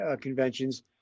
conventions